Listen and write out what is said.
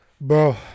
Bro